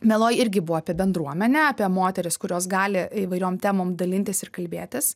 mieloji irgi buvo apie bendruomenę apie moteris kurios gali įvairiom temom dalintis ir kalbėtis